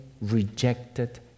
rejected